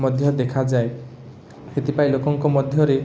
ମଧ୍ୟ ଦେଖାଯାଏ ସେଥିପାଇଁ ଲୋକଙ୍କ ମଧ୍ୟରେ